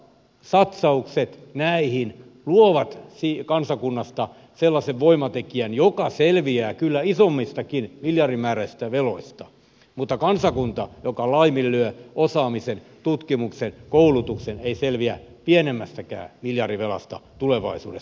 satsaukset näihin luovat kansakunnasta sellaisen voimatekijän joka selviää kyllä isommistakin miljardimääräisistä veloista mutta kansakunta joka laiminlyö osaamisen tutkimuksen koulutuksen ei selviä pienemmästäkään miljardivelasta tulevaisuudessa